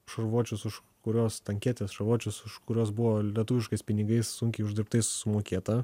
šarvuočius už kuriuos tanketes šarvuočius už kuriuos buvo lietuviškais pinigais sunkiai uždirbtais sumokėta